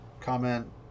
comment